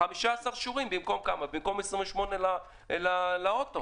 לעומת 28 לאוטו.